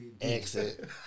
Exit